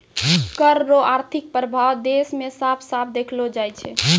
कर रो आर्थिक प्रभाब देस मे साफ साफ देखलो जाय छै